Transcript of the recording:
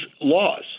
laws